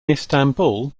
istanbul